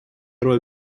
роль